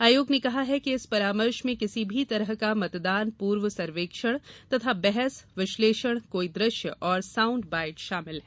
आयोग ने कहा है कि इस परामर्श में किसी भी तरह का मतदान पूर्व सर्वेक्षण तथा बहस विश्लेषण कोई दृश्य और साउंड बाइट शामिल हैं